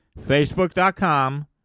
Facebook.com